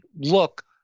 look